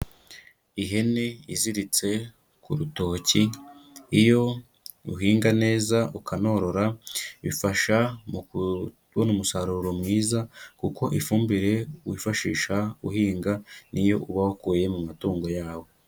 Ihene iziritse ku rutoki, iyo uhinga neza ukanorora bifasha mu kubona umusaruro mwiza kuko ifumbire wifashisha uhinga ni yo uba wukuye mu matungo yawe.